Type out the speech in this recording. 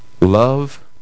Love